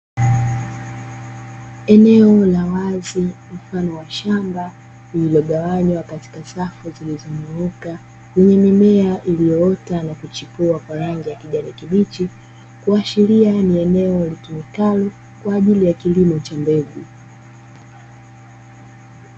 Sehemu ya wazi mfano wa shamba zilizogawanywa katika rafu, yenye mimea iliyoota na kuchipua kwa rangi ya kijani kibichi, kuashiria ni eneo litumikalo kwaajili ya kilimo cha mbegu.